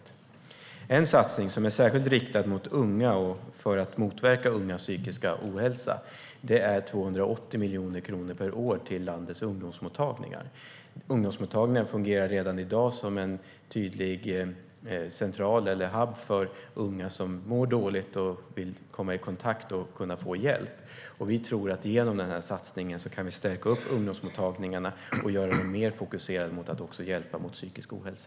I en satsning som är särskilt riktad till unga för att motverka ungas psykiska ohälsa ger vi 280 miljoner kronor per år till landets ungdomsmottagningar. De fungerar redan i dag som en central för unga som mår dåligt och vill få hjälp. Genom denna satsning stärker vi ungdomsmottagningarna och gör dem mer fokuserade på att också hjälpa mot psykisk ohälsa.